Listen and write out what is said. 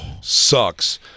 sucks